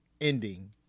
ending